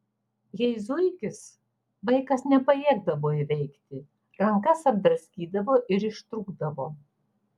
jei zuikis vaikas nepajėgdavo įveikti rankas apdraskydavo ir ištrūkdavo